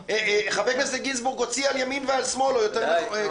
חבר הכנסת גינזבורג הוציא על ימין ועל שמאל, נגיד.